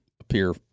appear